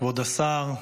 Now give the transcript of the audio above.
כבוד השר,